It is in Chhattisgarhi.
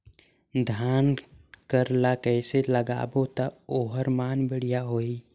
धान कर ला कइसे लगाबो ता ओहार मान बेडिया होही?